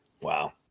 Wow